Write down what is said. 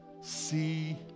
see